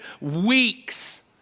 weeks